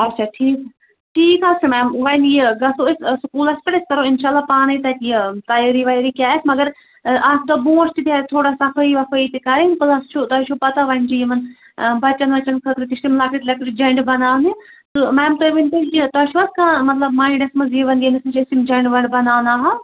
اچھا ٹھیٖک ٹھیٖک حظ چھُ میم وۄنۍ یہِ گَژھو أسۍ سکوٗلس پٮ۪ٹھ أسۍ کَرو انشاء اللہ پانے تَتہِ یہِ تَیٲری وَپٲری کیاہ آسہِ مَگر اکھ دۄہ برونٹھ چھِ تَتہِ تھوڑا صفٲیی وفٲیی تہِ کَرٕنۍ پٕلَس چھُ تۄہہِ چھُ پَتہ وۄنۍ چھُ یِمن بَچن وَچن خٲطرٕ تہِ چھِ تِم لَکٕٹۍ لَکٕٹۍ جَنڈٕ بناونہٕ تہٕ میم تُہۍ ؤنۍ تو یہِ تۄہہِ چھوا کانہہ مطلب مایِنڈس منٛز یِوَنٕے ییٚمِس نِش أسۍ یِم جَنڈٕ وَنڈٕ بناو ناوہَو